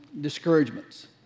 discouragements